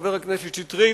חבר הכנסת שטרית,